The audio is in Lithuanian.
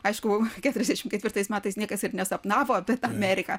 aišku keturiasdešimt ketvirtais metais niekas ir nesapnavo apie tą ameriką